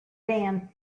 dan